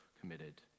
committed